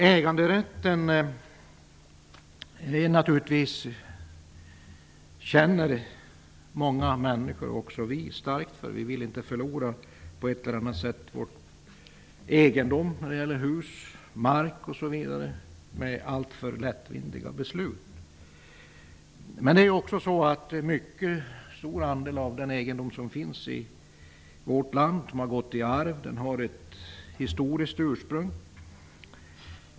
Äganderätten känner naturligtvis många människor, också vi, starkt för. Vi vill inte förlora på ett eller annat sätt vår egendom -- hus, mark osv. -- genom alltför lättvindiga beslut. Mycket stor andel av den egendom som finns i vårt land har gått i arv. Den har ett historiskt ursprung.